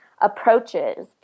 approaches